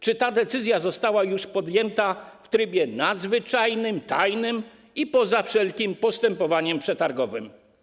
Czy ta decyzja została już podjęta w trybie nadzwyczajnym, tajnym i poza wszelkim postępowaniem przetargowym?